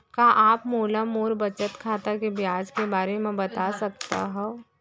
का आप मोला मोर बचत खाता के ब्याज के बारे म बता सकता हव?